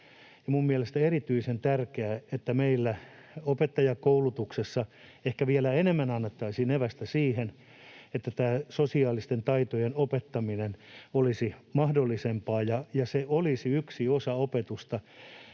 mutta mielestäni on erityisen tärkeää, että meillä opettajankoulutuksessa ehkä vielä enemmän annettaisiin evästä siihen, että tämä sosiaalisten taitojen opettaminen olisi mahdollisempaa ja se olisi yksi osa opetusta,